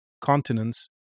continents